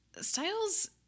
Styles